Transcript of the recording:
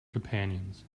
companions